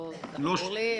לא זכור לי.